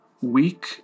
week